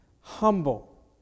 humble